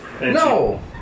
No